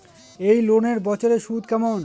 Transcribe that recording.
এই লোনের বছরে সুদ কেমন?